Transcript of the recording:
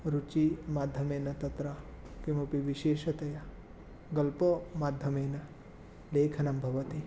रुचिमाध्यमेन तत्र किमपि विशेषतया गल्पो माध्यमेन लेखनं भवति